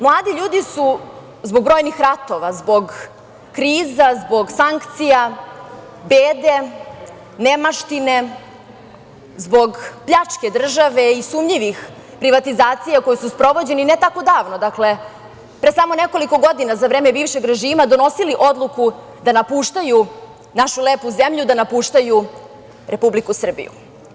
Mladi ljudi su zbog brojnih ratova, zbog kriza, zbog sankcija, bede, nemaštine, zbog pljačke države i sumnjivih privatizacija koje su sprovođene ne tako davno, pre samo nekoliko godina za vreme bivšeg režima, donosili odluku da napuštaju našu lepu zemlju, da napuštaju Republiku Srbiju.